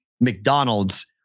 McDonald's